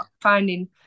finding